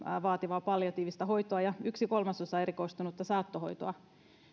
vaativaa palliatiivista hoitoa ja yksi kolmasosa erikoistunutta saattohoitoa